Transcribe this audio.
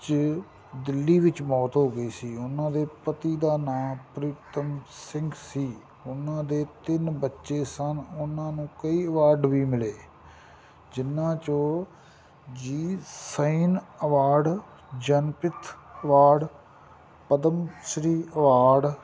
'ਚ ਦਿੱਲੀ ਵਿੱਚ ਮੌਤ ਹੋ ਗਈ ਸੀ ਉਹਨਾਂ ਦੇ ਪਤੀ ਦਾ ਨਾਂ ਪ੍ਰੀਤਮ ਸਿੰਘ ਸੀ ਉਹਨਾਂ ਦੇ ਤਿੰਨ ਬੱਚੇ ਸਨ ਉਹਨਾਂ ਨੂੰ ਕਈ ਅਵਾਰਡ ਵੀ ਮਿਲੇ ਜਿੰਨਾ ਚੋਂ ਜੀ ਸਾਇਨ award Jnanpith award Padma Shri award